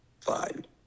fine